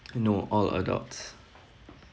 no all adults